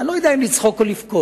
ואני לא יודע אם לצחוק או לבכות.